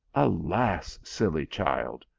alas, silly child!